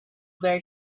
very